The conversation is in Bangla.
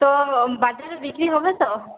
তো বাজারে বিক্রি হবে তো